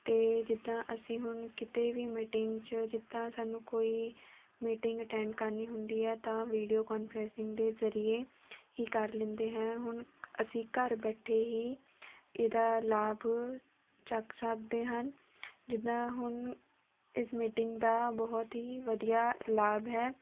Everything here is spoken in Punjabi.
ਅਤੇ ਜਿੱਦਾਂ ਅਸੀਂ ਹੁਣ ਕਿਤੇ ਵੀ ਮੀਟਿੰਗ 'ਚ ਜਿੱਦਾਂ ਸਾਨੂੰ ਕੋਈ ਮੀਟਿੰਗ ਅਟੈਂਡ ਕਰਨੀ ਹੁੰਦੀ ਹੈ ਤਾਂ ਵੀਡੀਓ ਕੋਂਨਫਰੈਸਿੰਗ ਦੇ ਜ਼ਰੀਏ ਹੀ ਕਰ ਲੈਂਦੇ ਹੈ ਹੁਣ ਅਸੀਂ ਘਰ ਬੈਠੇ ਹੀ ਇਹਦਾ ਲਾਭ ਚੁੱਕ ਸਕਦੇ ਹਨ ਜਿੱਦਾਂ ਹੁਣ ਇਸ ਮੀਟਿੰਗ ਦਾ ਬਹੁਤ ਹੀ ਵਧੀਆ ਲਾਭ ਹੈ